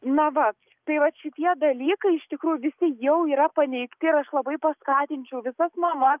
na va tai va šitie dalykai iš tikrųjų visi jau yra paneigti ir aš labai paskatinčiau visas mamas